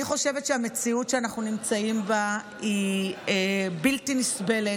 אני חושבת שהמציאות שאנחנו נמצאים בה היא בלתי נסבלת.